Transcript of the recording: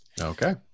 okay